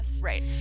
Right